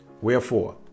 Wherefore